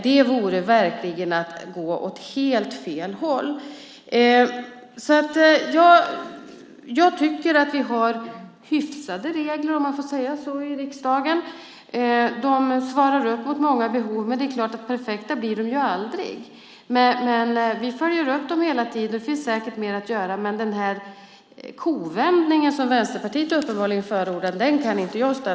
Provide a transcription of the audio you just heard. Det vore verkligen att gå åt helt fel håll. Jag tycker att vi har hyfsade regler, om man får säga så i riksdagen. De svarar upp mot många behov. Det är klart att de aldrig blir perfekta. Men vi följer upp dem hela tiden. Det finns säkert mer att göra. Men den kovändning som Vänsterpartiet uppenbarligen förordar kan jag inte ställa mig bakom.